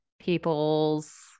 people's